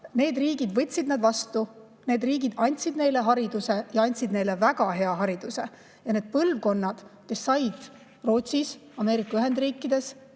Need riigid võtsid nad vastu, need riigid andsid neile hariduse ja andsid neile väga hea hariduse. Ja need põlvkonnad, kes said Rootsis, Ameerika Ühendriikides